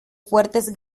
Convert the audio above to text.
fuertes